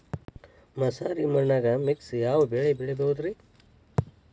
ಮಸಾರಿ ಮಣ್ಣನ್ಯಾಗ ಮಿಕ್ಸ್ ಯಾವ ಬೆಳಿ ಬೆಳಿಬೊದ್ರೇ?